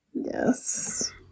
Yes